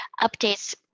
updates